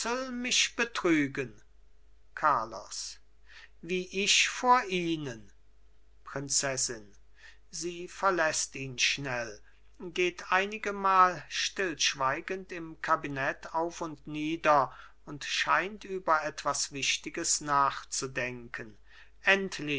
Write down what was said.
mich betrügen carlos wie ich vor ihnen prinzessin sie verläßt ihn schnell geht einigemal stillschweigend im kabinett auf und nieder und scheint über etwas wichtiges nachzudenken